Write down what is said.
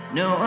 no